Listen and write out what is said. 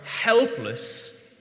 helpless